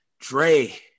Dre